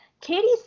Katie